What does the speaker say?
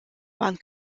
one